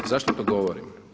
Zašto to govorim?